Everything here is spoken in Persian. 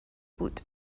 بود